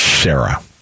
Sarah